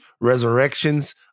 Resurrection's